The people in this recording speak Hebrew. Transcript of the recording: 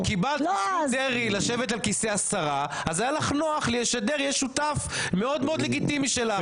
כשישבת על כיסא השרה היה לך נוח שדרעי יהיה שותף מאוד מאוד לגיטימי שלך.